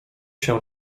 się